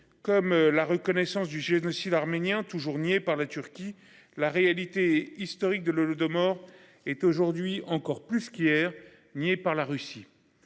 comme la reconnaissance du génocide arménien toujours nié par la Turquie la réalité historique de l'Holodomor est aujourd'hui encore plus qu'hier, ni par la Russie.